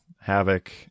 havoc